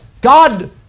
God